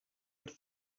wrth